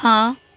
हां